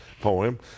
poem